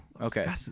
okay